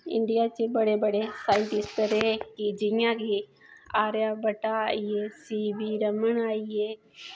India च बडे़ scientist रेह् जि'यां कि आर्या बट्ट आई गे सीवी रमन आई गे